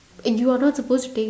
and you are not supposed to take